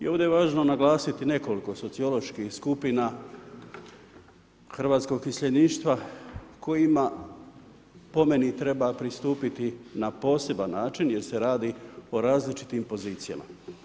I ovdje je važno naglasiti nekoliko socioloških skupina hrvatskog iseljeništva koje ima i po meni treba pristupiti na poseban način jer se različitim pozicijama.